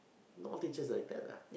not teachers like that lah